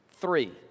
Three